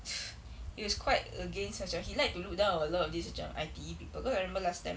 he was quite against macam he liked to look down on a lot of this macam I_T_E people because I remember last time